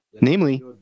namely